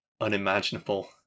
unimaginable